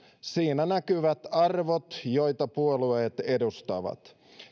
siinä näkyvät arvot joita puolueet edustavat